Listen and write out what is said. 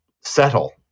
settle